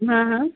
हां हां